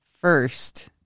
first